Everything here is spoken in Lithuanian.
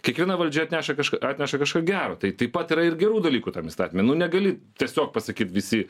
kiekviena valdžia atneša kažką atneša kažką gero tai taip pat yra ir gerų dalykų tam įstatyme nu negali tiesiog pasakyt visi